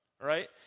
right